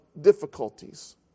difficulties